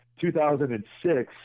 2006